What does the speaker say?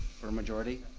for a majority?